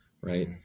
right